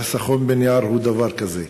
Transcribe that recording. חיסכון בנייר הוא דבר כזה.